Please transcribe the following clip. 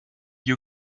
you